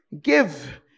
Give